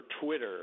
Twitter